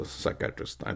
psychiatrist